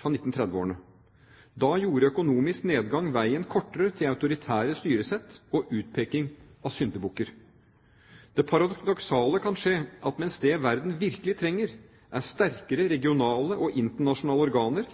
fra 1930-årene. Da gjorde økonomisk nedgang veien kortere til autoritære styresett og utpeking av syndebukker. Det paradoksale kan skje at mens verden virkelig trenger sterkere regionale og internasjonale organer,